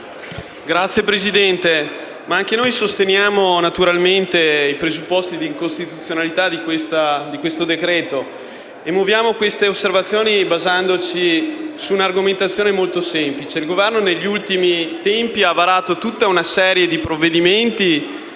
Signor Presidente, anche noi sosteniamo i presupposti di incostituzionalità di questo decreto-legge e muoviamo queste osservazioni basandoci su un'argomentazione molto semplice. Il Governo negli ultimi tempi ha varato tutta una serie di provvedimenti